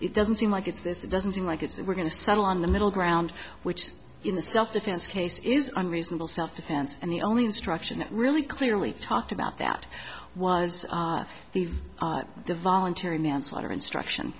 it doesn't seem like it's this it doesn't seem like it's that we're going to settle on the middle ground which in the self defense case is unreasonable self defense and the only instruction that really clearly talked about that was the voluntary manslaughter instruction